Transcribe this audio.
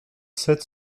sept